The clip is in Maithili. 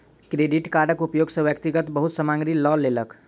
क्रेडिट कार्डक उपयोग सॅ व्यक्ति बहुत सामग्री लअ लेलक